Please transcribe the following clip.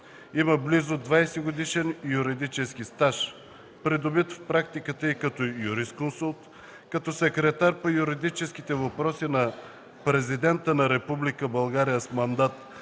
Има близо 20-годишен юридически стаж, придобит в практиката й като юрисконсулт, като секретар по юридическите въпроси на президента на Република